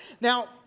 Now